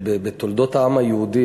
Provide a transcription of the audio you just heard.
שבתולדות העם היהודי,